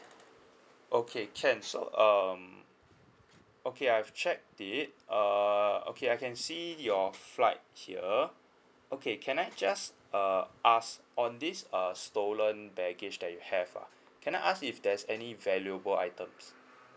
okay can so um okay I've checked it err okay I can see your flight here okay can I just uh ask on this uh stolen baggage that you have ah can I ask if there's any valuable items